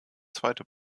zweite